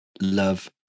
love